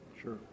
Sure